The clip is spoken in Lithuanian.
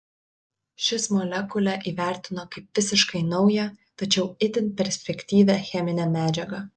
šis molekulę įvertino kaip visiškai naują tačiau itin perspektyvią cheminę medžiagą